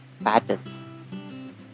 patterns